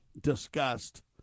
discussed